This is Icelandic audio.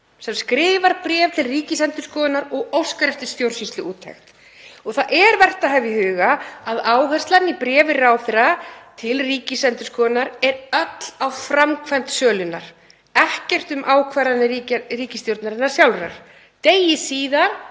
sem skrifaði bréf til Ríkisendurskoðunar og óskaði eftir stjórnsýsluúttekt. Það er vert að hafa í huga að áherslan í bréfi ráðherra til Ríkisendurskoðunar er öll á framkvæmd sölunnar, ekkert um ákvarðanir ríkisstjórnarinnar sjálfrar.